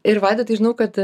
ir vaidotai žinau kad